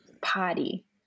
party